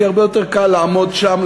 כי הרבה יותר קל לעמוד שם,